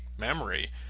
memory